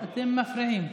אתם מפריעים.